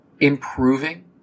improving